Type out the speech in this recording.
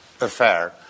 affair